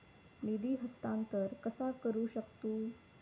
निधी हस्तांतर कसा करू शकतू?